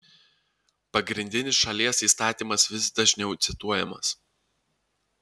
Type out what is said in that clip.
pagrindinis šalies įstatymas vis dažniau cituojamas